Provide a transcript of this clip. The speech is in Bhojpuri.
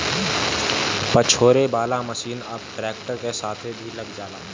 पछोरे वाला मशीन अब ट्रैक्टर के साथे भी लग जाला